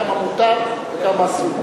כמה מותר וכמה אסור,